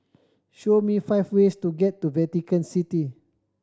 show me five ways to get to Vatican City